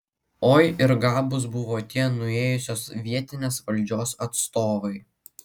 oi ir gabūs buvo tie nuėjusios vietinės valdžios atstovai